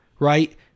Right